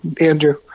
Andrew